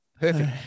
Perfect